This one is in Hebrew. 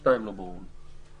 2 לא ברור לי.